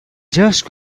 just